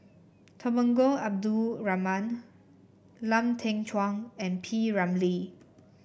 Temenggong Abdul Rahman Lau Teng Chuan and P Ramlee